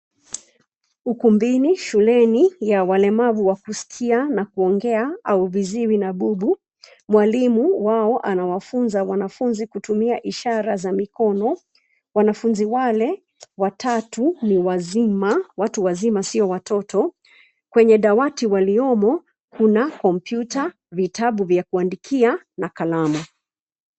Ukumbini shuleni ya walemavu wa kusikia na kuongea au viziwi na bubu, mwalimu wao anawafunza wanafunzi kutumia ishara za mikono. Wanafunzi wale watatu ni wazima, watu wazima, sio watoto. Kwenye dawati waliomo kuna kompyuta vitabu vya kuandikia na kalamu.